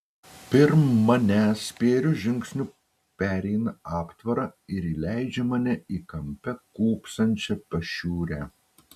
pirm manęs spėriu žingsniu pereina aptvarą ir įleidžia mane į kampe kūpsančią pašiūrę